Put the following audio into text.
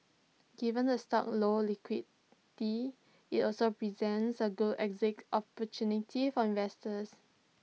given the stock low liquidity IT also presents A good exit opportunity for investors